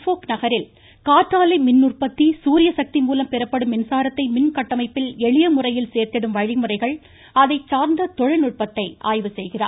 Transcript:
போக் நகரில் காற்றாலை மின் உற்பத்தி சூரியசக்தி மூலம் பெறப்படும் மின்சாரத்தை மின்கட்டமைப்பில் எளியமுறையில் சேர்த்திடும் வழிமுறைகள் அதைச் சார்ந்த தொழில்நுட்பத்தை ஆய்வுசெய்கிறார்